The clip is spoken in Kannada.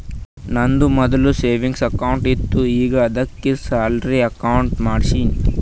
ನಂದು ಮೊದ್ಲು ಸೆವಿಂಗ್ಸ್ ಅಕೌಂಟ್ ಇತ್ತು ಈಗ ಆದ್ದುಕೆ ಸ್ಯಾಲರಿ ಅಕೌಂಟ್ ಮಾಡ್ಸಿನಿ